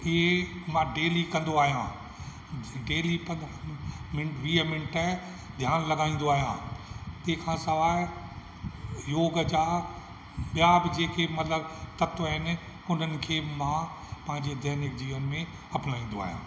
इहे मां डेली कंदो आहियां डेली कंदो वीह मिंट ध्यानु लॻाईंदो आहियां तंहिं खां सवाइ योग जा ॿिया बि जेके मतलबु तत्व आहिनि उन्हनि खे बि मां पंहिंजे दैनिक जीवन में अपिनाईंदो आहियां